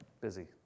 busy